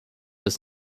was